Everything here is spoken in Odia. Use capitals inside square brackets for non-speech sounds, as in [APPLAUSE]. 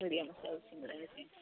[UNINTELLIGIBLE] ସିଙ୍ଗଡ଼ା ଯେତିକି